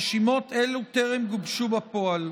רשימות אלה טרם גובשו בפועל.